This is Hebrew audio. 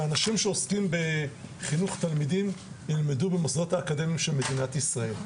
שהאנשים שעוסקים בחינוך תלמידים ילמדו במוסדות האקדמיים של מדינת ישראל.